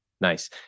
Nice